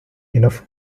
enough